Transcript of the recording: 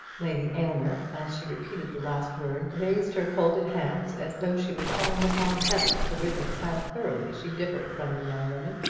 lady aylmer, as she repeated the last word, raised her folded hands as though she were calling upon heaven to witness how thoroughly she differed from the young woman!